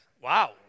Wow